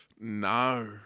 No